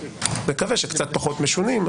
נקווה שקצת פחות משונים,